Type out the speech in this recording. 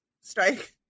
strike